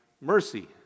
mercy